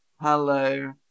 Hello